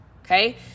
Okay